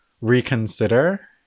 reconsider